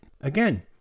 Again